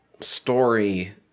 story